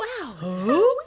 Wow